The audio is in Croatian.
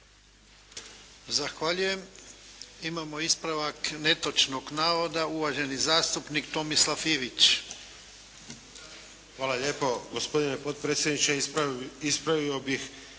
Zahvaljujem. Imamo ispravak netočnog navoda uvaženi zastupnik Tomislav Ivić. **Ivić, Tomislav (HDZ)** Hvala lijepo. Gospodine potpredsjedniče, ispravio bih